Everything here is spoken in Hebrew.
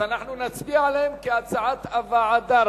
ואנחנו נצביע עליהם כהצעת הוועדה.